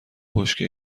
بشکه